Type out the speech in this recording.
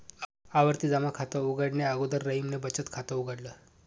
आवर्ती जमा खात उघडणे अगोदर रहीमने बचत खात उघडल